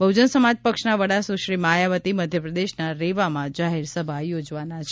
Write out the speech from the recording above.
બહુજન સમાજ પક્ષના વડા સુશ્રી માયાવતી મધ્યપ્રદેશના રેવામાં જાહેર સભા યોજવાના છે